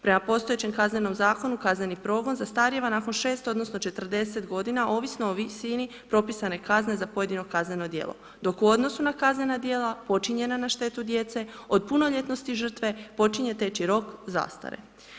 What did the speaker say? Prema postojećem Kaznenom zakonu kazneni progon zastarijeva nakon 6 odnosno 40 godina ovisno o visini propisane kazne za pojedino kazneno djelo dok u odnosu na kaznena djela počinjenja na štetu djece od punoljetnosti žrtve počinje teći rok zastare.